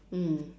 mm